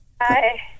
Hi